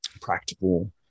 practical